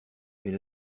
mais